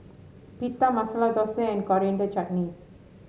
Pita Masala Dosa and Coriander Chutney